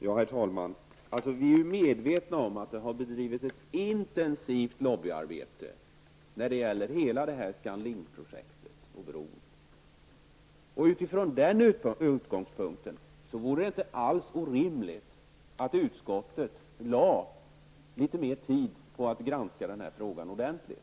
Herr talman! Vi är medvetna om att det har bedrivits ett intensivt lobbyarbete när det gäller hela Scan Link-projektet och bron. Från denna utgångspunkt vore det inte alls orimligt att utskottet lade ner litet mer tid på att granska denna fråga ordentligt.